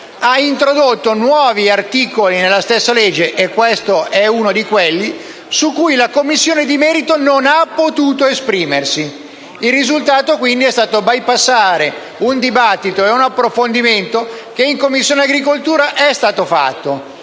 ha introdotto nuovi articoli - e questo è uno di cui quelli - su cui la Commissione di merito non ha potuto esprimersi. Il risultato è stato quindi bypassare un dibattito e un approfondimento che in Commissione agricoltura era stato fatto.